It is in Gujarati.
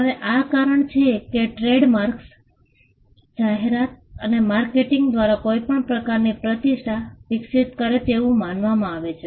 હવે આ કારણ છે કે ટ્રેડમાર્ક્સ જાહેરાત અને માર્કેટિંગ દ્વારા કોઈક પ્રકારની પ્રતિષ્ઠા વિકસિત કરે તેવું માનવામાં આવે છે